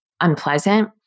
unpleasant